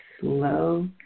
slow